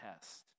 test